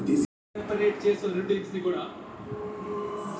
UAN అంటే ఏంది?